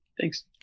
thanks